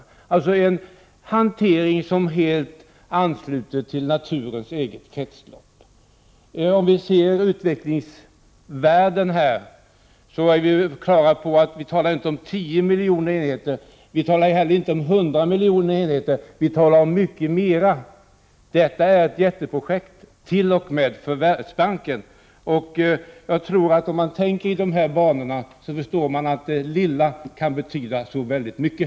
Det är alltså en hantering som är helt förenlig med naturens eget kretslopp. I u-länderna handlar det inte om 10 miljoner enheter, inte heller om 100 miljoner enheter, utan då kan vi tala om många fler. Detta är ett jätteprojekt t.o.m. för Världsbanken. Om man tänker i de här banorna förstår man hur det lilla kan betyda så väldigt mycket.